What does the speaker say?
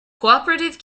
cooperative